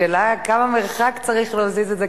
השאלה מה המרחק שצריך להזיז את זה.